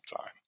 time